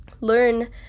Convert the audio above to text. learn